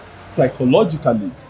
psychologically